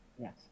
yes